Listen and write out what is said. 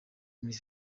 muri